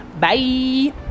bye